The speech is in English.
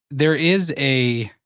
there is a